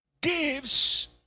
Gives